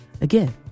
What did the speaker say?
Again